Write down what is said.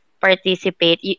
participate